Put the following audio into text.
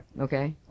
Okay